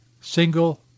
single